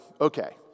Okay